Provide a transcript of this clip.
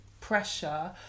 pressure